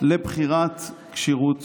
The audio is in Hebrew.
לבחירת כשירות